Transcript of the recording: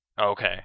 Okay